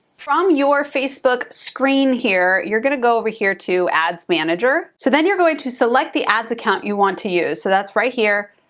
from your facebook screen here you're gonna go over here to ads manager, so then you're going to select the ads account you want to use. so that's right here.